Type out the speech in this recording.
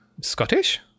Scottish